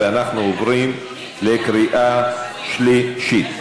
ואנחנו עוברים לקריאה שלישית.